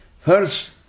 first